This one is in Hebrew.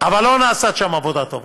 אבל לא נעשית שם עבודה טובה.